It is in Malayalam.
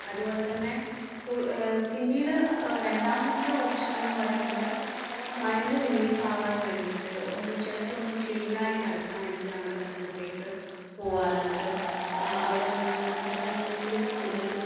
അതുപോലെ തന്നെ പിന്നീട് രണ്ടാമത്തെ ഓപ്ഷൻ എന്ന് പറയുന്നത് മൈൻഡ് റീലീഫാവാൻ വേണ്ടീട്ട് ഒന്ന് ജസ്റ്റൊന്ന് ചില്ലായി നടക്കാൻ വേണ്ടീട്ട് നമ്മൾ പട്ടണത്തിലേക്ക് പോവാറുണ്ട് അവിടെ നിന്നും പട്ടണത്തിൽ കൂടുതലും